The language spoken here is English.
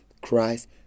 Christ